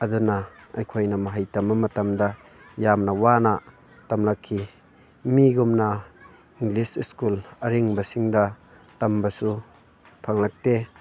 ꯑꯗꯨꯅ ꯑꯩꯈꯣꯏꯅ ꯃꯍꯩ ꯇꯝꯕ ꯃꯇꯝꯗ ꯌꯥꯝꯅ ꯋꯥꯅ ꯇꯝꯂꯛꯈꯤ ꯃꯤꯒꯨꯝꯅ ꯏꯪꯂꯤꯁ ꯁ꯭ꯀꯨꯜ ꯑꯔꯤꯡꯕꯁꯤꯡꯗ ꯇꯝꯕꯁꯨ ꯐꯪꯂꯛꯇꯦ